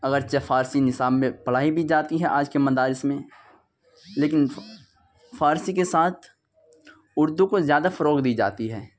اگرچہ فارسی نصاب میں پڑھائی بھی جاتی ہے آج کے مدارس میں لیکن فارسی کے ساتھ اردو کو زیادہ فروغ دی جاتی ہے